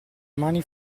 mani